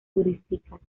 turísticas